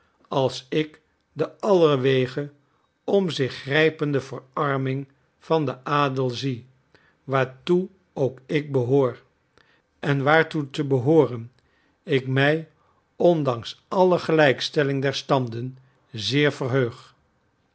als ik de allerwege om zich grijpende verarming van den adel zie waartoe ook ik behoor en waartoe te behooren ik mij ondanks alle gelijkstelling der standen zeer verheug